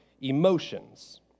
emotions